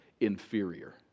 inferior